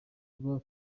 tuba